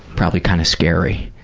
probably kind of scary.